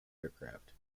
aircraft